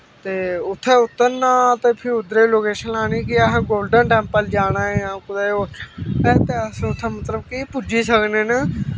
ते उत्थैं उतरना ते फ्ही उद्धरै लोकेशन लानी कि अहें गोल्डन टैंपल जाना ऐ जां होर कुतै ते अस उत्थैं मतलब कि पुज्जी सकनें न